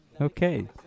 Okay